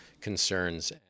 concerns